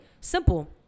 simple